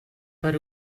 per